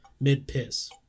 mid-piss